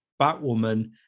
Batwoman